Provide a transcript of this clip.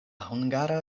hungara